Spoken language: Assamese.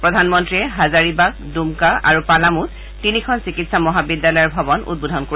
প্ৰধানমন্ৰীয়ে হাজাৰীবাগ ডুমকা আৰু পালামুত তিনিখন চিকিৎসা মহাবিদ্যালয়ৰ ভৱন উদ্বোধন কৰিব